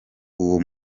uwo